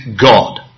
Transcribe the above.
God